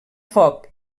foc